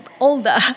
older